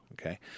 Okay